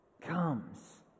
comes